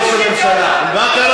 בבחירות הבאות.